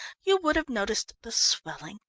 you would have noticed the swelling,